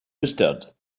mustard